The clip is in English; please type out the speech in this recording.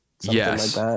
Yes